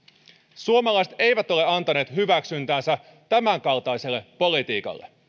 suomalaiset eivät ole antaneet hyväksyntäänsä tämänkaltaiselle politiikalle